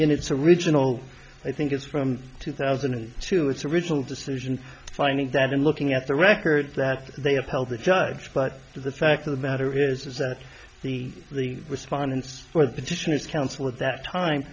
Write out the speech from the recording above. in its original i think it's from two thousand and two its original decision finding that in looking at the records that they have held the judge but the fact of the matter is that the respondents for the petition is counsel at that time